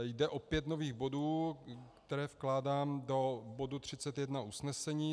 Jde o pět nových bodů, které vkládám do bodu 31 usnesení.